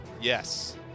yes